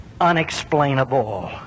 unexplainable